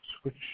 Switch